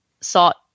sought